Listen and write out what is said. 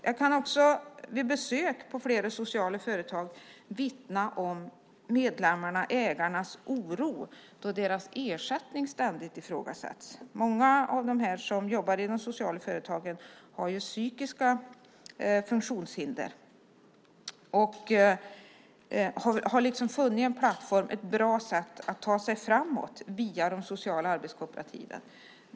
Jag kan också vid besök på flera sociala företag vittna om medlemmarnas - ägarnas - oro, när deras ersättning ständigt ifrågasätts. Många av dem som jobbar i de sociala företagen har psykiska funktionshinder. De har funnit en plattform och ett bra sätt att ta sig framåt genom de sociala arbetskooperativen.